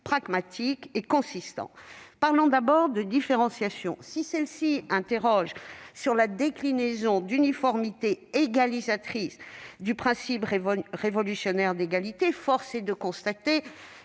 pragmatique et consistant. Parlons d'abord de différenciation : si celle-ci interroge sur la déclinaison d'uniformité égalisatrice du principe révolutionnaire d'égalité, force est de constater